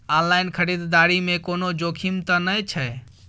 Online खरीददारी में कोनो जोखिम त नय छै?